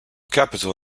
capital